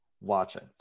watching